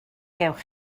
gewch